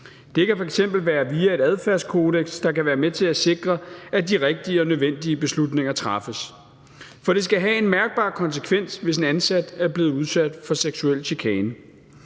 Det kan f.eks. være via et adfærdskodeks, der kan være med til at sikre, at de rigtige og nødvendige beslutninger træffes. For det skal have en mærkbar konsekvens, hvis en ansat er blevet udsat for seksuel chikane.